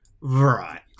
Right